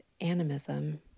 animism